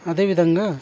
అదే విధంగా